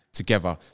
together